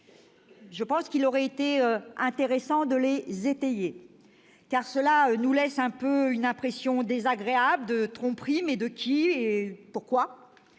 visés ? Il aurait été intéressant de les étayer. En effet, cela nous laisse une impression désagréable de tromperie- mais de qui et pourquoi ?